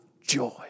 joy